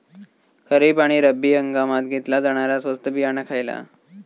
खरीप आणि रब्बी हंगामात घेतला जाणारा स्वस्त बियाणा खयला?